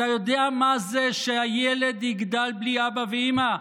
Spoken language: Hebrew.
אתה יודע מה זה שהילד יגדל בלי אבא ואימא?